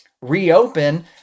reopen